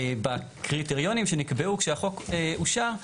בקריטריונים שנקבעו כשהחוק אושר,